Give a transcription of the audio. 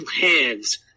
hands